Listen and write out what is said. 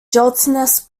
gelatinous